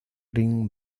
rin